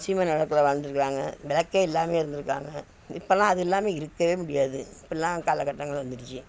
சீமெண்ணெய் விளக்குல வாழ்ந்துருக்காங்க விளக்கே இல்லாமல் இருந்திருக்காங்க இப்பெலாம் அது இல்லாமல் இருக்கவே முடியாது இப்புடிலாம் காலகட்டங்கள் வந்துடுச்சு